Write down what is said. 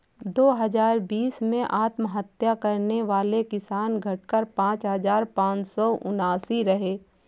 दो हजार बीस में आत्महत्या करने वाले किसान, घटकर पांच हजार पांच सौ उनासी रहे